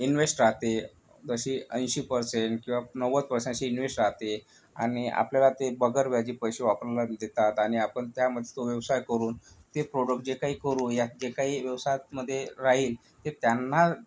invest राहते जशी ऐंशी पर्सेंट किंवा नव्वद पर्सेंट अशी इंवेष्ट राहते आणि आपल्याला ते बगैरव्याजी पैसे वापरायलाबी देतात आणि आपण त्यामध्ये तो व्यवसाय करून ते प्रोडक्ट जे काही करू यात जे काही व्यवसायातमध्ये राहील ते त्यांना